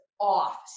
off